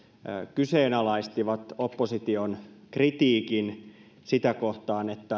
kyseenalaistivat opposition kritiikin sitä kohtaan